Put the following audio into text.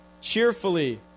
cheerfully